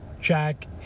jack